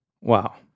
Wow